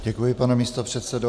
Děkuji, pane místopředsedo.